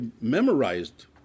memorized